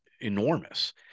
enormous